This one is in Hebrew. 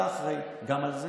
אתה אחראי גם על זה